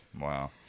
Wow